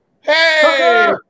Hey